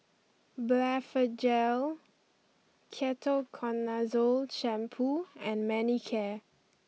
Blephagel Ketoconazole shampoo and Manicare